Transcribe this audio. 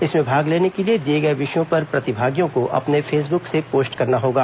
इसमें भाग लेने के लिए दिए गए विषयों पर प्रतिभागियों को अपने फेसबुक से पोस्ट करना होगा